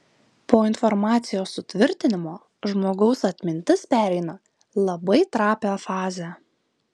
po informacijos sutvirtinimo žmogaus atmintis pereina labai trapią fazę